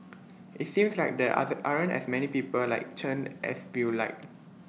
IT seems like there other aren't as many people like Chen as we'd like